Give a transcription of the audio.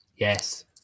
Yes